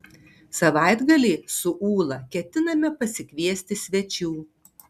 savaitgalį su ūla ketiname pasikviesti svečių